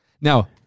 Now